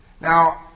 Now